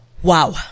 Wow